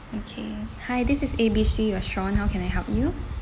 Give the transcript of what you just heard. okay hi this is A_B_C restaurant how can I help you